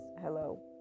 Hello